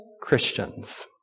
Christians